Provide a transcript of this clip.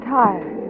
tired